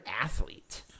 athlete